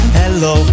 hello